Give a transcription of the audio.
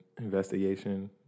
investigation